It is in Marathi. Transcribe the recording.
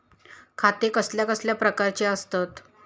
खाते कसल्या कसल्या प्रकारची असतत?